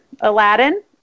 Aladdin